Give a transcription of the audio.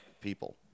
people